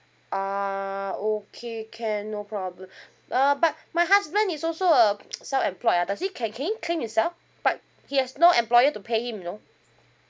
uh okay can no problem uh but my husband is also a self employed ah does he can claim claim himself but he has no employer to pay him you know